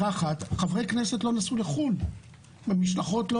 חברי כנסת לא נסעו לחו"ל, לא היו משלחות.